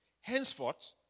Henceforth